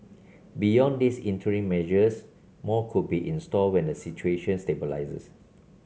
beyond these interim measures more could be in store when the situation stabilises